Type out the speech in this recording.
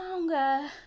longer